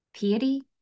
piety